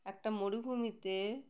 একটা মরুভূমিতে